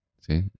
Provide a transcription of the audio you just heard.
See